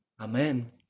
amen